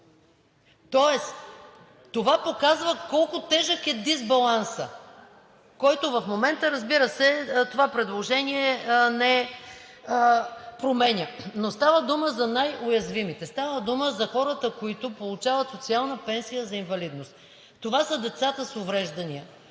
тоест това показва колко е тежък дисбалансът в момента, който не променя това предложение. Става дума за най-уязвимите, става дума за хората, които получават социална пенсия за инвалидност. Това са децата с увреждания,